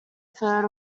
third